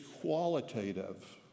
qualitative